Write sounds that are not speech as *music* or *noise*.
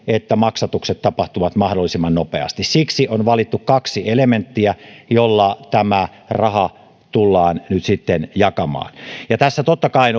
että maksatukset tapahtuvat mahdollisimman nopeasti siksi on valittu kaksi elementtiä joilla tämä raha tullaan nyt sitten jakamaan tässä totta kai *unintelligible*